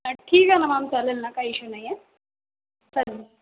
हा ठीक आहे ना मॅम चालेल ना काही इशू नाही आहे चालेल